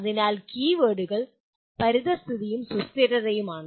അതിനാൽ കീവേഡുകൾ പരിസ്ഥിതിയും സുസ്ഥിരതയുമാണ്